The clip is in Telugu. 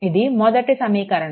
ఇది మొదటి సమీకరణం